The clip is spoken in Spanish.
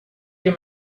que